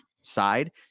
side